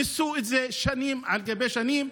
ניסו את זה שנים על גבי שנים,